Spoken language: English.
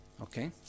okay